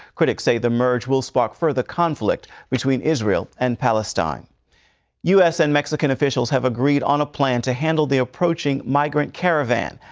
critics say the merger will spot for the conflict between israel and palestine us and mexican officials have agreed on a plan to handle the approaching migrant caravan,